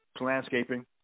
landscaping